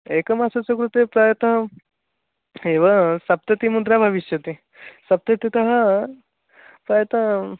एकमासस्य कृते प्रायः एव सप्ततिमुद्रा भविष्यति सत्पतितः प्रायः